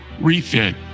refit